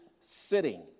sitting